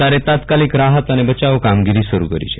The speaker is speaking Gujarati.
સરકારે તાત્કાલિક રાહત અને બયાવ કામગીરી શરુ કરી છે